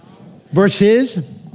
Verses